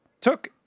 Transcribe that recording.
took